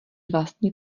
vlastně